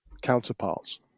counterparts